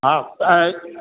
हा ऐं